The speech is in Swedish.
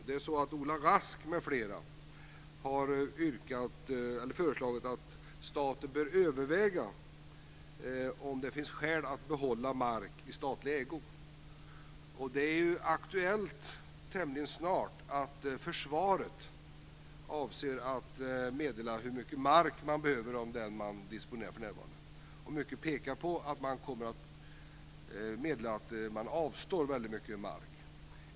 Det är så att Ola Rask m.fl. har föreslagit att staten bör överväga om det finns skäl att behålla mark i statlig ägo. Det är tämligen snart aktuellt för försvaret att meddela hur mycket mark man behöver av den man disponerar för närvarande. Mycket pekar på att man kommer att meddela att man avstår väldigt mycket mark.